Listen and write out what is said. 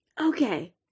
Okay